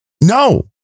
no